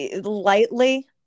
Lightly